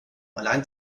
allein